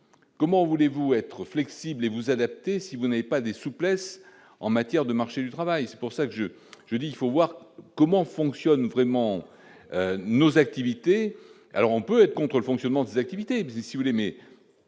comment voulez-vous être flexible et vous adapter si vous n'avez pas des souplesses en matière de marché du travail, c'est pour ça que je, je dis il faut voir comment fonctionne vraiment nos activités, alors on peut être contre le fonctionnement des activités si l'mais